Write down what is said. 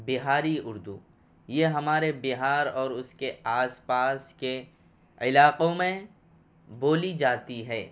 بہاری اردو یہ ہمارے بہار اور اس کے آس پاس کے علاقوں میں بولی جاتی ہے